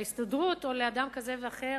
להסתדרות או לאדם כזה ואחר,